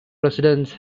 residents